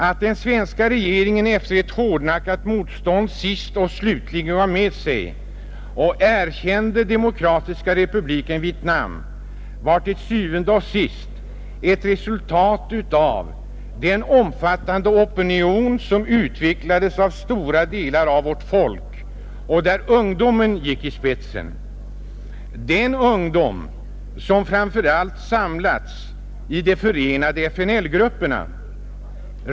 Att den svenska regeringen efter ett hårdnackat motstånd sist och slutligen gav med sig och erkände Demokratiska republiken Vietnam var til syvende og sidst ett resultat av den omfattande opinion, som utvecklades av stora delar av vårt folk, och där gick ungdomen i spetsen, den ungdom som framför allt samlats i De förenade FNL-grupperna.